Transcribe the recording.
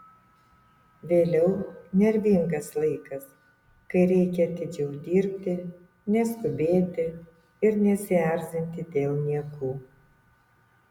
vėliau nervingas laikas kai reikia atidžiau dirbti neskubėti ir nesierzinti dėl niekų